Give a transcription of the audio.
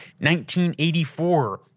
1984